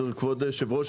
כבוד היושב-ראש,